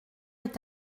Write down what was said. est